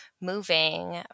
moving